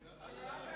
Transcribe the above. רע מאוד.